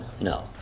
no